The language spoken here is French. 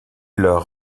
leur